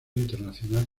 internacional